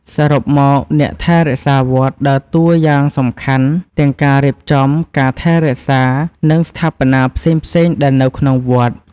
សរុបមកអ្នកថែរក្សាវត្តដើរតួយ៉ាងសំខាន់ទាំងការរៀបចំការថែរក្សានិងស្ថាបនាផ្សេងៗដែលនៅក្នុងវត្ត។